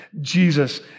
Jesus